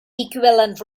equivalent